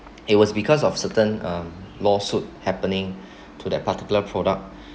it was because of certain um lawsuit happening to their particular product